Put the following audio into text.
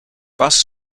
bus